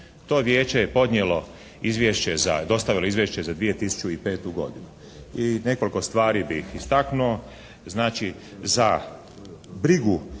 podnijelo za, dostavilo izvješće za 2005. godinu. I nekoliko stvari bih istaknuo. Znači za brigu